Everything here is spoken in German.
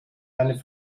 eine